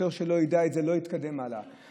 שוטר שלא ידע את זה לא יתקדם הלאה.